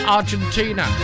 Argentina